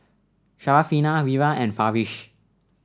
Syarafina Wira and Farish